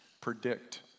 predict